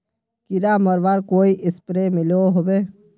कीड़ा मरवार कोई स्प्रे मिलोहो होबे?